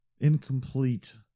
incomplete